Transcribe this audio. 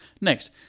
Next